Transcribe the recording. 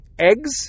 eggs